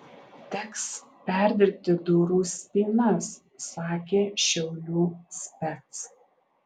teks perdirbti durų spynas sakė šiaulių spec